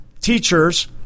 teachers